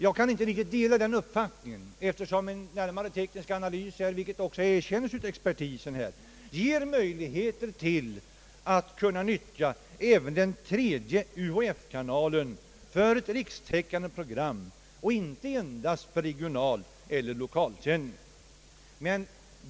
Jag kan inte riktigt dela den uppfattningen eftersom en närmare teknisk analys — vilket också erkännes av expertis — ger möjligheter att kunna utnyttja även den tredje UHF-kanalen för ett rikstäckande program och inte endast för regional eller lokal sändning.